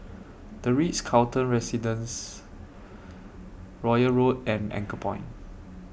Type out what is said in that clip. The Ritz Carlton Residences Royal Road and Anchorpoint